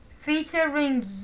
featuring